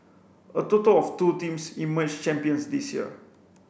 a total of two teams emerged champions this year